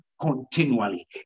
continually